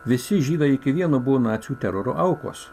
visi žydai iki vieno buvo nacių teroro aukos